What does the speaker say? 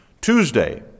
Tuesday